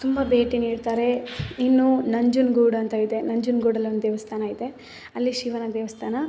ತುಂಬ ಭೇಟಿ ನೀಡ್ತಾರೆ ಇನ್ನು ನಂಜನಗೂಡು ಅಂತ ಇದೆ ನಂಜನಗೂಡಲ್ಲಿ ಒಂದು ದೇವಸ್ಥಾನ ಇದೆ ಅಲ್ಲಿ ಶಿವನ ದೇವಸ್ಥಾನ